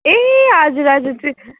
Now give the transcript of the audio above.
ए हजुर हजुर